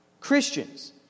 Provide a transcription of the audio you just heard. Christians